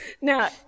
Now